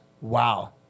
wow